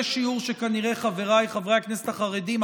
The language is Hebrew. זה שיעור שכנראה חבריי חברי הכנסת החרדים,